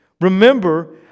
remember